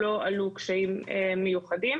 לא עלו קשיים מיוחדים